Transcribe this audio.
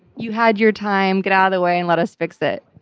you had your time, get out of the way and let us fix it.